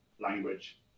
language